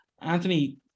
anthony